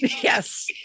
Yes